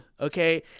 okay